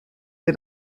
wir